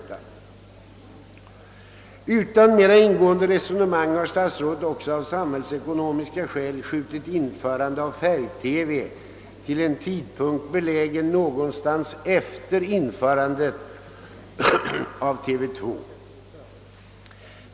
Utan mera ingående resonemang har statsrådet också av samhällsekonomiska skäl uppskjutit införandet av färg TV till en tidpunkt belägen någonstans efter införandet av TV 2.